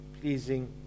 pleasing